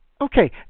Okay